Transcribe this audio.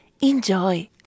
Enjoy